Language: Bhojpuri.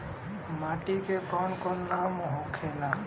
माटी के कौन कौन नाम होखे ला?